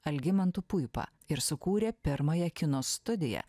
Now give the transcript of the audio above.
algimantu puipa ir sukūrė pirmąją kino studiją